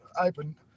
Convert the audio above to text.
open